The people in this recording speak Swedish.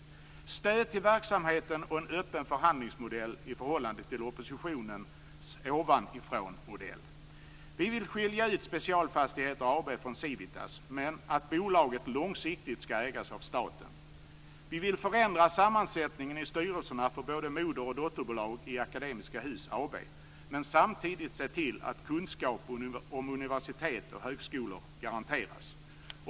Det betyder stöd till verksamheten och en öppen förhandlingsmodell i förhållande till oppositionens ovanifrånmodell. Vi vill skilja ut Specialfastigheter AB från Civitas. Men vi vill att bolaget långsiktigt skall ägas av staten. Vi vill förändra sammansättningen i styrelserna för både moder och dotterbolag i Akademiska Hus AB, men samtidigt se till att kunskap om universitet och högskolor garanteras.